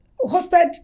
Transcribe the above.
hosted